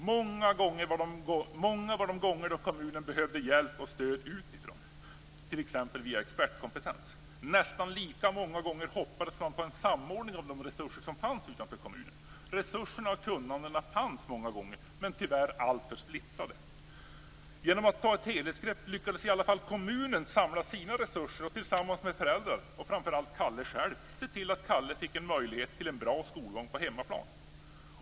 Många var de gånger då kommunen behövde hjälp och stöd utifrån, t.ex. expertkompetens. Nästan lika många gånger hoppades man på en samordning av de resurser som fanns utanför kommunen. Resurserna och kunnandet fanns många gånger, men tyvärr alltför splittrat. Genom att ta ett helhetsgrepp lyckades i alla fall kommunen samla sina resurser och tillsammans med föräldrarna, och framför allt Kalle själv, se till att Kalle fick möjlighet till en bra skolgång på hemmaplan.